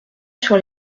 sur